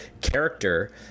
character